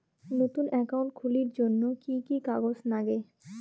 নতুন একাউন্ট খুলির জন্যে কি কি কাগজ নাগে?